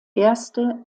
erste